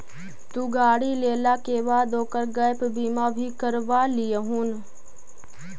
तु गाड़ी लेला के बाद ओकर गैप बीमा भी करवा लियहून